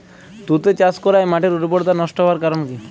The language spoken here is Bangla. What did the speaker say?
তুতে চাষ করাই মাটির উর্বরতা নষ্ট হওয়ার কারণ কি?